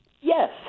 Yes